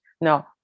No